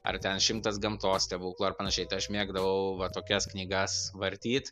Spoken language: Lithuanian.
ar ten šimtas gamtos stebuklų ar panašiai tai aš mėgdavau va tokias knygas vartyt